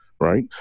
Right